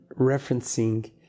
referencing